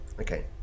okay